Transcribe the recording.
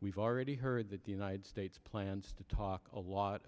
we've already heard that the united states plans to talk a lot